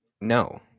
no